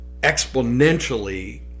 exponentially